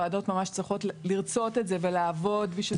ועדות ממש צריכות לרצות את זה ולעבוד בשביל